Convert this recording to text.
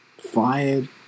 fired